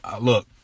look